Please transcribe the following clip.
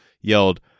yelled